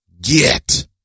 get